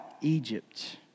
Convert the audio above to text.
Egypt